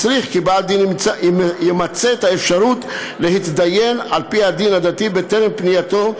מצריך כי בעל-דין ימצה את האפשרות להתדיין על-פי הדין הדתי בטרם פנייתו,